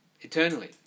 eternally